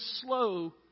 slow